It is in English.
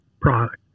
product